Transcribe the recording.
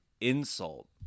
insult